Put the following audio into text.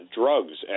drugs